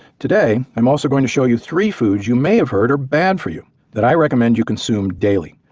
today i'm also gonna show you three foods you may have heard are bad for you that i recommend you consume daily,